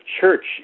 church